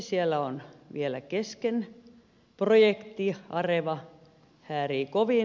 siellä on vielä kesken projekti areva häärii kovin